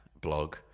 blog